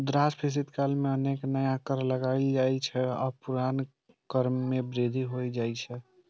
मुद्रास्फीति काल मे अनेक नया कर लगाएल जाइ छै आ पुरना कर मे वृद्धि होइ छै